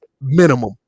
minimum